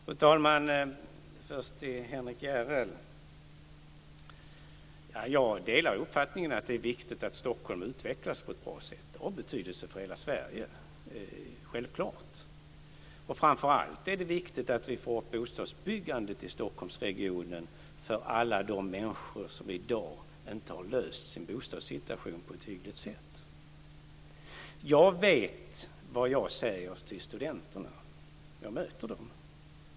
Fru talman! Först vill jag säga en sak till Henrik Järrel. Jag delar uppfattningen att det är viktigt att Stockholm utvecklas på ett bra sätt. Det har självfallet betydelse för hela Sverige. Framför allt är det viktigt att vi får ett bostadsbyggande till Stockholmsregionen för alla de människor som i dag inte har löst sin bostadssituation på ett hyggligt sätt. Jag vet vad jag säger till studenterna. Jag möter dem.